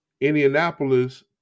Indianapolis